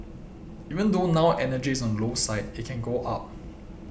even though now energy is on the low side it can go up